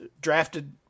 drafted